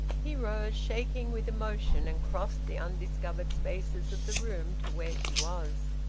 he rose, shaking with emotion, and crossed the undiscovered spaces of the room to where she was.